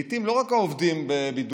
לעיתים לא רק העובדים בבידוד,